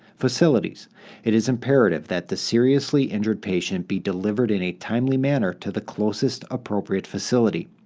facilities it is imperative that the seriously injured patient be delivered in a timely manner to the closest appropriate facility.